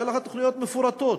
כשאין לך תוכניות מפורטות?